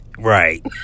Right